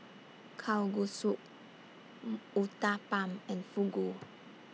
Kalguksu Uthapam and Fugu